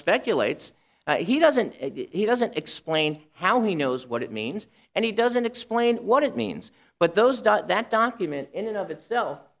speculates he doesn't he doesn't explain how he knows what it means and he doesn't explain what it means but those that document in and of itself